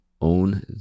own